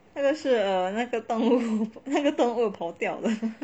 那个是 err 那个那个动物跑掉了